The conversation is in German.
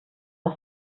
das